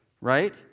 Right